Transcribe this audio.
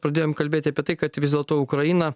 pradėjom kalbėti apie tai kad vis dėlto ukraina